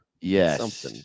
Yes